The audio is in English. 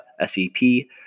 SEP